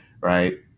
right